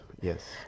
Yes